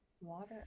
water